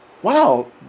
wow